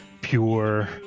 pure